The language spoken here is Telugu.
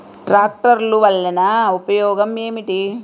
ట్రాక్టర్లు వల్లన ఉపయోగం ఏమిటీ?